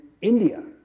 India